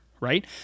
right